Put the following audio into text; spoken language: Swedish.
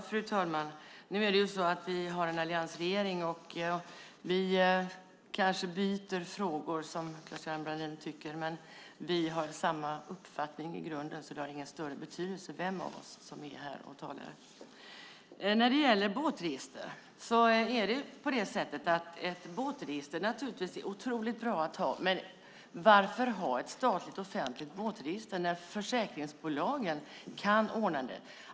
Fru talman! Nu är det ju så att vi har en alliansregering, och vi kanske byter frågor, som Claes-Göran Brandin tycker, men vi har samma uppfattning i grunden, så det har ingen större betydelse vem av oss som är här och talar. Ett båtregister är naturligtvis otroligt bra att ha, men varför ha ett statligt offentligt båtregister när försäkringsbolagen kan ordna det?